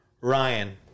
Ryan